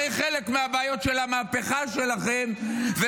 הרי חלק מהבעיות של המהפכה שלכם זה